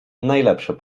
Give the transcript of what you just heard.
najlepsze